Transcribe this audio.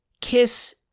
kiss